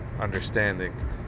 understanding